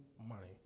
money